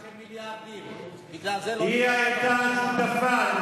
מיליארדים, היא היתה שותפה.